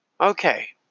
Okay